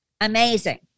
amazing